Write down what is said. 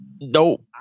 Nope